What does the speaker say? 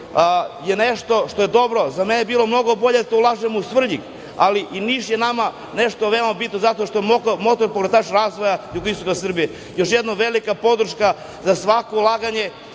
je nešto što je dobro, a za mene bi bilo mnogo bolje da ulažemo u Svrljig, ali i Niš je nama nešto veoma bitno zato što je motor pokretač razvoja jugoistoka Srbije. Još jednom, velika podrška za svako ulaganje